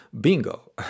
bingo